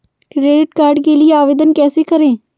Credit card के लिए आवेदन कैसे करें?